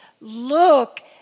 Look